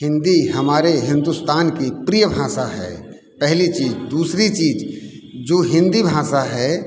हिंदी हमारे हिंदुस्तान की प्रिय भाषा है पहली चीज दूसरी चीज जो हिंदी भाषा है